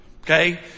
okay